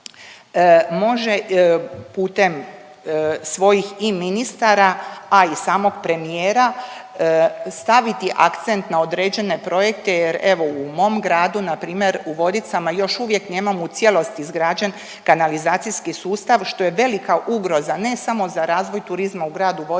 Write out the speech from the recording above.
može putem svojih i ministara i samog premijera staviti akcent na određene projekte jer evo, u mom gradu npr. u Vodicama, još uvijek nemamo u cijelosti izgrađen kanalizacijski sustav, što je velika ugroza, ne samo za razvoj turizma u gradu Vodica,